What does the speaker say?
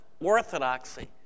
orthodoxy